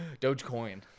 Dogecoin